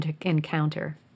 encounter